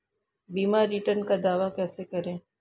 बीमा रिटर्न का दावा कैसे करें?